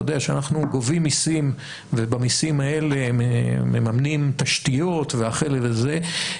אתה יודע שאנחנו גובים מסים ובמסים האלה מממנים תשתיות וכיוצא בזה,